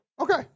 Okay